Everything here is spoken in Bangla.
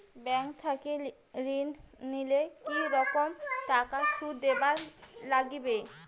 ব্যাংক থাকি ঋণ নিলে কি রকম টাকা সুদ দিবার নাগিবে?